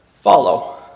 follow